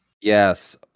Yes